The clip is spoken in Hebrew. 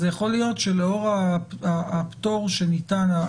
אז יכול להיות שלאור הפטור שניתן,